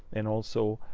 and also,